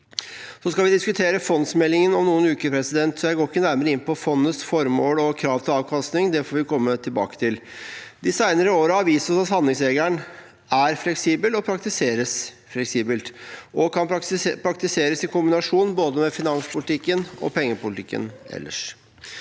Vi skal diskutere fondsmeldingen om noen uker, så jeg går ikke nærmere inn på fondets formål og krav til avkastning. Det får vi komme tilbake til. De senere årene har vist oss at handlingsregelen er fleksibel og praktiseres fleksibelt, og kan praktiseres i kombinasjon både med finanspolitikken og med pengepolitikken ellers.